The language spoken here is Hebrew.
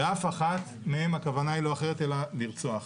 באף אחד מהם הכוונה היא לא אחרת אלא לרצוח.